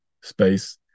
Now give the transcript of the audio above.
space